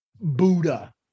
Buddha